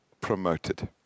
promoted